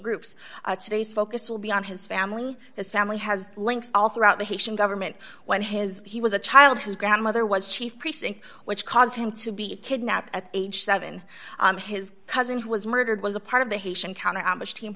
groups today's focus will be on his family his family has links all throughout the haitian government when his he was a child his grandmother was chief precinct which caused him to be kidnapped at age seven his cousin who was murdered was a part of the haitian counter ambush team